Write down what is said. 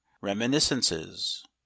Reminiscences